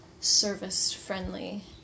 service-friendly